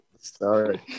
Sorry